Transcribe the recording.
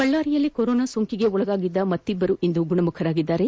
ಬಳ್ಳಾರಿಯಲ್ಲಿ ಕೊರೊನಾ ಸೋಂಕಿಗೆ ಒಳಗಾಗಿದ್ದ ಮತ್ತಿಬ್ಬರು ಇಂದು ಗುಣಮುಖರಾಗಿದ್ದಾರೆ